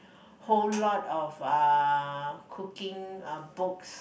whole lot of uh cooking uh books